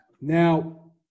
Now